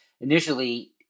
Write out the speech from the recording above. initially –